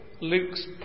Luke's